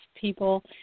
people